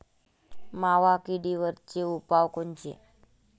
मावा किडीवरचे उपाव कोनचे?